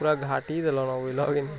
ପୁରା ଘାଣ୍ଟି ଦେଲଣ ବୁଝିଲ କିନୁ